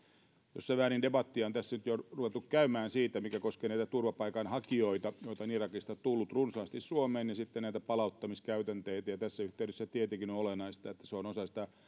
jossain määrin debattia tässä on nyt jo ruvettu käymään siitä mikä koskee turvapaikanhakijoita joita on irakista tullut runsaasti suomeen ja sitten näitä palauttamiskäytänteitä ja tässä yhteydessä tietenkin on olennaista että se on osa sitä